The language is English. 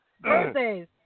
birthdays